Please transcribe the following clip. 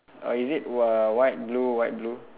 uh is it wh~ white blue white blue